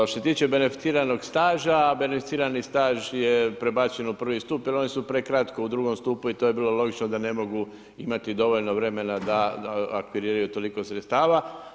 Što se tiče beneficiranog staža, beneficirani staž je prebačen u prvi stup jer oni su prekratko u drugom stupu i to je bilo logično da ne mogu imati dovoljno vremena da aktiviraju toliko sredstava.